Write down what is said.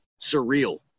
surreal